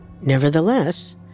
Nevertheless